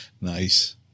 Nice